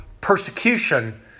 persecution